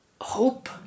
hope